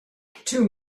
two